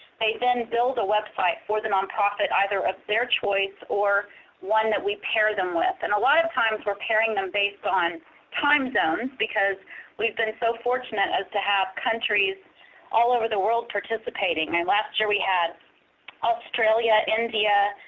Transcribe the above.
they then build a website for the nonprofit, either of their choice or one that we pair them with. and a lot of times we're pairing them based on time zones, because we've been so fortunate as to have countries all over the world participating. my last year we had australia, india,